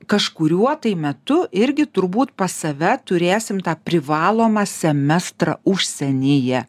kažkuriuo metu irgi turbūt pas save turėsim tą privalomą semestrą užsienyje